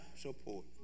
support